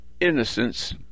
innocence